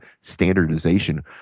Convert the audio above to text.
standardization